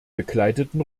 begleiteten